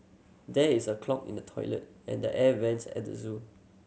there is a clog in the toilet and air vents at the zoo